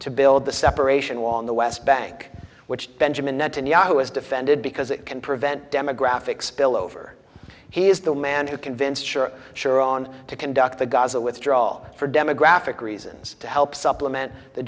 to build the separation wall in the west bank which benjamin netanyahu has defended because it can prevent demographic spillover he is the man who convinced sure sure on to conduct the gaza withdrawal for demographic reasons to help supplement the